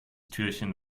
türchen